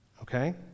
Okay